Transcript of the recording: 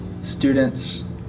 students